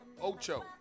Ocho